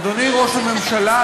אדוני ראש הממשלה,